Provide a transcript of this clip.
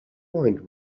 mind